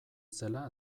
zela